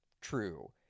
true